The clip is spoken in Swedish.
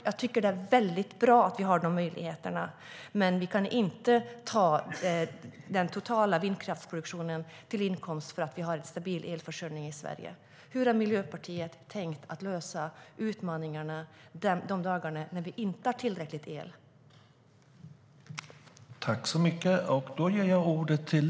Jag tycker att det är väldigt bra att det finns de möjligheterna, men vi kan inte ta den totala vindkraftsproduktionen till intäkt för att vi har en stabil elförsörjning i Sverige.